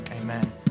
amen